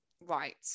right